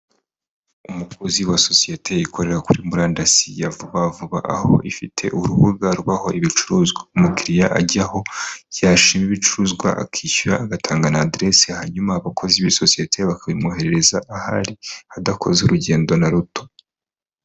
Umukozi wa sosiyete ikorera kuri murandasi ya Vuba Vuba, aho ifite urubuga rubaho ibicuruzwa, umukiriya ajyaho yashima ibicuruzwa akishyura, agatanga na aderesi, hanyuma abakozi b'iyo sosiyete bakabimwoherereza aho ari, adakoze urugendo na ruto.